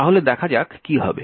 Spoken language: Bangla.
তাহলে দেখা যাক কী হবে